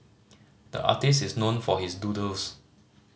the artist is known for his doodles